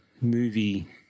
movie –